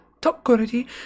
top-quality